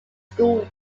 school